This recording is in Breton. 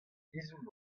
ezhomm